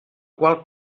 qual